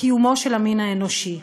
לקיומו של המין האנושי.